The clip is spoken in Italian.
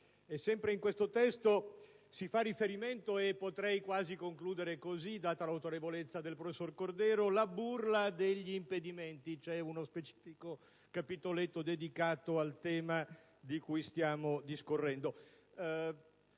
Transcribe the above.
Sempre in questo testo si fa riferimento - e potrei concludere così data l'autorevolezza del professor Cordero - alla "burla degli impedimenti" e c'è uno specifico capitoletto dedicato al tema di cui stiamo discutendo.